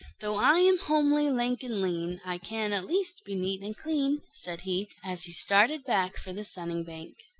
though i am homely, lank and lean, i can at least be neat and clean, said he, as he started back for the sunning-bank.